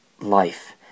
life